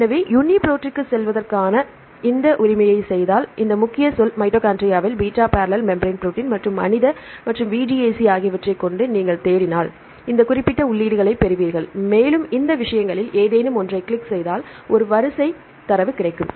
எனவே யுனிப்ரோட்டுக்குச் செல்வதற்காக நீங்கள் இந்த உரிமையைச் செய்தால் இந்த முக்கிய சொல் mitochondrial beta barrel membrane protein மற்றும் மனித மற்றும் VDAC ஆகியவற்றைக் கொண்டு நீங்கள் தேடினால் இந்த குறிப்பிட்ட உள்ளீடுகளைப் பெறுவீர்கள் மேலும் இந்த விஷயங்களில் ஏதேனும் ஒன்றைக் கிளிக் செய்தால் ஒரு வரிசை தரவு கிடைக்கும்